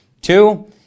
Two